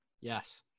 Yes